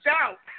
out